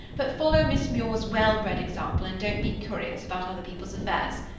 but follow miss muir's well-bred example and don't be curious about other people's affairs.